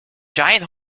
giant